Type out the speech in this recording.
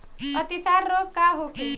अतिसार रोग का होखे?